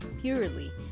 purely